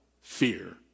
fear